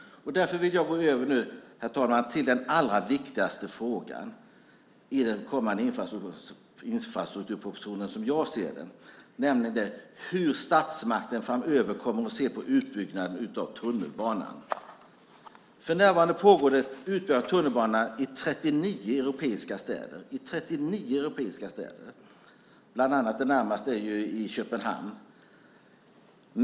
Jag vill nu gå över till den allra viktigaste frågan, som jag ser den, i den kommande infrastrukturpropositionen, nämligen hur statsmakten framöver kommer att se på utbyggnaden av tunnelbanan. För närvarande pågår det utbyggnad av tunnelbanor i 39 europeiska städer. Den närmaste är i Köpenhamn.